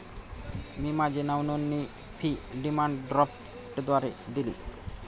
मी माझी नावनोंदणी fee demand ड्राफ्टद्वारे दिली